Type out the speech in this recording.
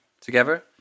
together